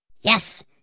Yes